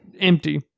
empty